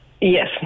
Yes